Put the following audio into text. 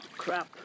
Crap